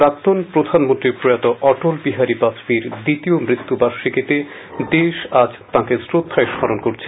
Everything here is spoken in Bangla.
প্রাক্তন প্রধানমন্ত্রী অটলবিহারী বাজপেয়ীর দ্বিতীয় মৃত্যু বার্ষিকীতে দেশ আজ তাকে শ্রদ্ধায় স্মরণ করছে